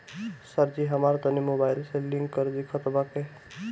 सरजी हमरा तनी मोबाइल से लिंक कदी खतबा के